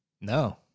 No